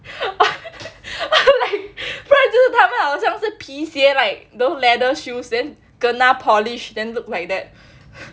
like 不然就是他们好像是皮鞋 like the leather shoes then kena polish then look like that